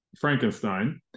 Frankenstein